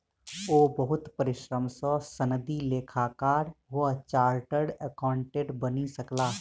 ओ बहुत परिश्रम सॅ सनदी लेखाकार वा चार्टर्ड अकाउंटेंट बनि सकला